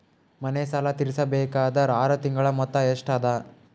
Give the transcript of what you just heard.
ಮನೆ ಸಾಲ ತೀರಸಬೇಕಾದರ್ ಆರ ತಿಂಗಳ ಮೊತ್ತ ಎಷ್ಟ ಅದ?